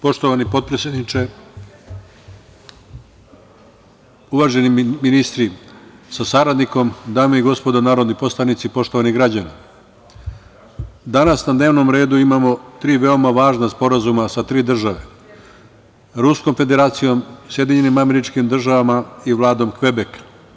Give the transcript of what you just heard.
Poštovani potpredsedniče, uvaženi ministri sa saradnikom, dame i gospodo narodni poslanici, poštovani građani, danas na dnevnom redu imamo tri veoma važna sporazuma sa tri države, Ruskom Federacijom, SAD i Vladom Kvebeka.